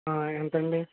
ఎంత అండి